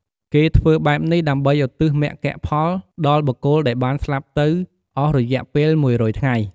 គេធ្ចើបែបនេះ ដើម្បីឧទ្ទិសមគ្គផលដល់បុគ្គលដែលបានស្លាប់ទៅអស់រយៈពេល ១០០ ថ្ងៃ។